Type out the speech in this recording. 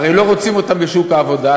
הרי לא רוצים אותם בשוק העבודה,